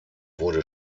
wurde